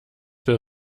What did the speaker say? will